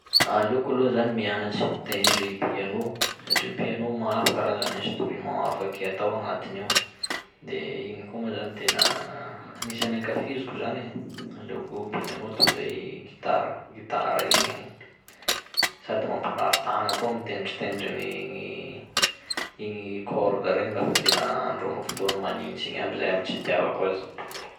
Aleoko aloha zany mianatsy mitendry piano satria piano maro karazana instrument afaky atao agnatiny ao, de igny koa ma zany tena anisany ankafiziko zany e, aleoko piano toy zay gitara; gitara igny sady mamparary tagna koa mitendritendry an'igny, igny corde regny lafa tena andro fotoany manintsy igny aby, zay aby tsy itiavako azy.